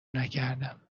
نکردم